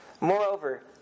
Moreover